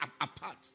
apart